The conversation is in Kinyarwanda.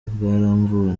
bwaramvuwe